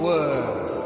Word